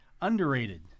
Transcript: Underrated